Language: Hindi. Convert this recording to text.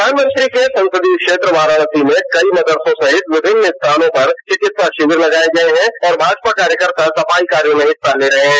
प्रधानमंत्री के संसदीय क्षेत्र वाराणसी में कई मदरसों सहित विभिन्न स्थानों पर चिकित्सा शिविर लगाये गये हैं और भाजपा कार्यकर्ता सफाई कार्यों में हिस्सा ले रहे हैं